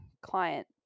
client